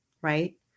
Right